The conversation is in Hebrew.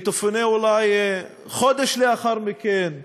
היא תפונה אולי חודש לאחר מכן,